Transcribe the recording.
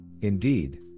Indeed